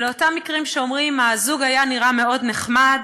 על אותם מקרים שאומרים: הזוג היה נראה מאוד נחמד,